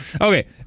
Okay